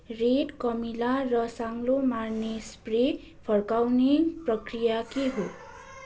red कमिला र साङ्लो मार्ने स्प्रे फर्काउने प्रक्रिया के हो